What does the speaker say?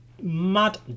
Mad